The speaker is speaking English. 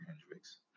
Hendrix